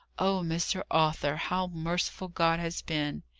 oh, mr. arthur, how merciful god has been!